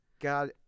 God